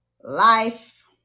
life